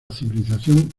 civilización